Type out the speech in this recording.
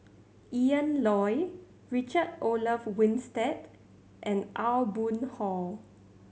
Ian Loy Richard Olaf Winstedt and Aw Boon Haw